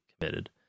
committed